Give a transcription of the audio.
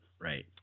Right